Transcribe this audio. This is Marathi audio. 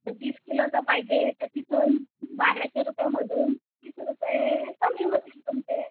तीस किलोचा पाहिजे तर तिथून बाराशे रुपयामधून तीस रुपये कमी होतील तुमचे